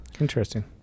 Interesting